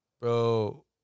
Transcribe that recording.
bro